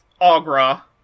Agra